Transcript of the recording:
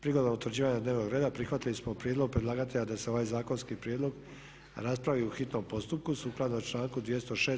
Prigodom utvrđivanja dnevnog reda prihvatili smo prijedlog predlagatelja da se ovaj zakonski prijedlog raspravi u hitnom postupku sukladno članku 206.